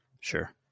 Sure